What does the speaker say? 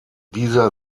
dieser